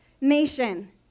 nation